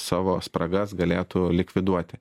savo spragas galėtų likviduoti